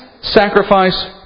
sacrifice